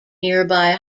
nearby